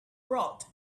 brought